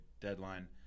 deadline